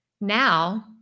Now